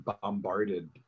bombarded